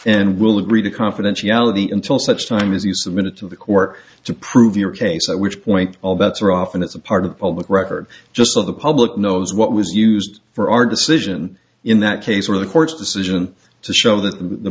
and we'll agree to confidentiality until such time as you submit it to the court to prove your case at which point all bets are off and it's a part of the public record just so the public knows what was used for our decision in that case where the court's decision to show that the